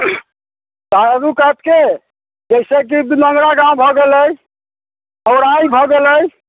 चारू कातके जाहि से कि एक दिनगरा गाँव भऽ गेलै बौराइल भऽ गेलै